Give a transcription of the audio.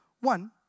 one